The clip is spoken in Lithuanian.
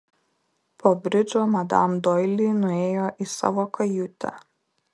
po bridžo madam doili nuėjo į savo kajutę